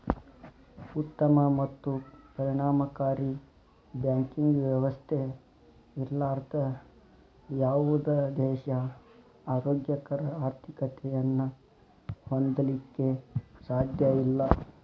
ಉತ್ತಮ ಮತ್ತು ಪರಿಣಾಮಕಾರಿ ಬ್ಯಾಂಕಿಂಗ್ ವ್ಯವಸ್ಥೆ ಇರ್ಲಾರ್ದ ಯಾವುದ ದೇಶಾ ಆರೋಗ್ಯಕರ ಆರ್ಥಿಕತೆಯನ್ನ ಹೊಂದಲಿಕ್ಕೆ ಸಾಧ್ಯಇಲ್ಲಾ